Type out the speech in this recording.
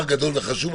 זה דבר גדול וחשוב.